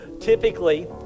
typically